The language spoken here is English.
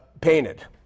painted